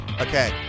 Okay